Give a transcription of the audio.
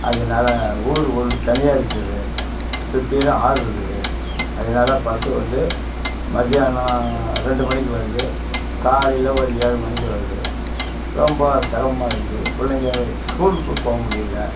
அதனால ஊர் ஒண்டு தனியாக இருக்குது சுற்றிரும் ஆறு இருக்குது அதனால பஸ்ஸு வந்து மதியானம் ரெண்டு மணிக்கு வருது காலையில் ஒரு ஏழு மணிக்கு வருது ரொம்ப சிரமமா இருக்குது பிள்ளைங்க ஸ்கூலுக்கு போக முடியல